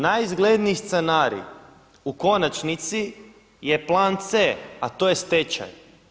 Najizgledniji scenarij u konačnici je plan C, a to je stečaj.